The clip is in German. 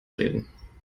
reden